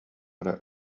эрэ